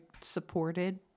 supported